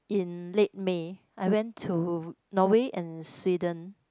in late May I went to Norway and Sweden